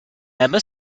emma